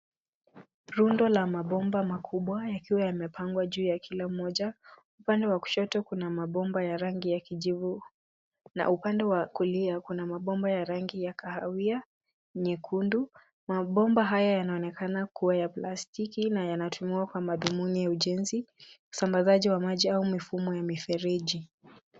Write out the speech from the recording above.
Rundo la mabomba makubwa yakiwa yamepangwa juu ya kila mmoja. Upande wa kushoto kuna mabomba ya rangi ya kijivu, na upande wa kulia kuna mabomba ya rangi ya kahawia nyekundu ,na bomba haya yanaonekana kuwa ya plastiki na yanatumiwa kwa madhumuni ya ujenzi, usambazaji wa maji au mifumo ya mifereji.